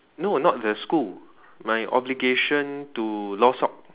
no not the school my obligation to law